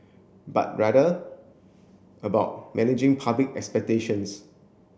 but rather about managing public expectations